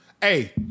Hey